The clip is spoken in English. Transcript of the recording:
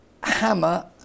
hammer